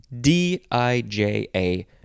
D-I-J-A